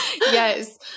yes